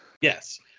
Yes